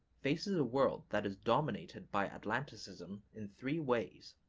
faces a world that is dominated by atlanticism in three ways.